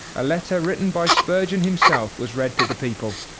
a letter written by spurgeon himself was read to the people.